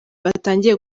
batangiye